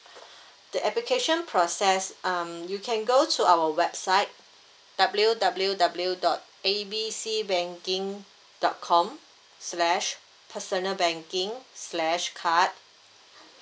the application process um you can go to our website W W W dot A B C banking dot com slash personal banking slash card